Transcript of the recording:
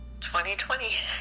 2020